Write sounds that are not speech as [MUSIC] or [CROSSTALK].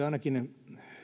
[UNINTELLIGIBLE] ainakin